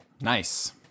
Nice